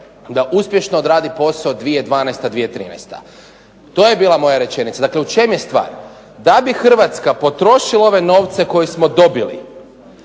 da uspješno odradi posao 2012.-2013. To je bila moja rečenica. Dakle, u čem je stvar? Da bi Hrvatska potrošila ove novce koje smo dobili